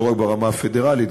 לא רק ברמה הפדרלית,